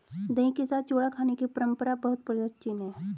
दही के साथ चूड़ा खाने की परंपरा बहुत प्राचीन है